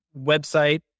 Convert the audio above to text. website